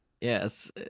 Yes